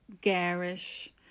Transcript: garish